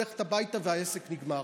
הולכת הביתה והעסק נגמר.